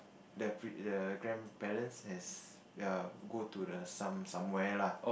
the the grandparents has err go to the some somewhere lah